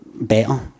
better